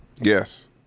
Yes